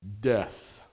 Death